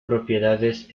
propiedades